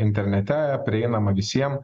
internete prieinama visiem